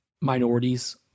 minorities